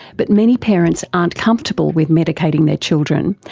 but many parents aren't comfortable with medicating their children,